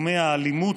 בתחומי האלימות,